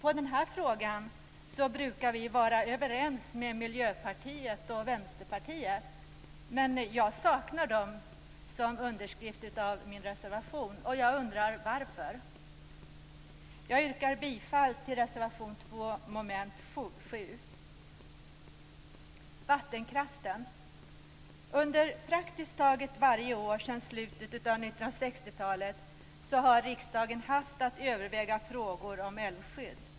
I den här frågan brukar vi vara överens med Miljöpartiet och Vänsterpartiet, men jag saknar deras underskrifter av min reservation och undrar varför. Jag yrkar bifall till reservation 2 under mom. 7. Jag övergår nu till frågan om vattenkraften. Under praktiskt taget varje år sedan slutet av 1960-talet har riksdagen haft att överväga frågor om älvskydd.